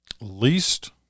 least